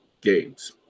games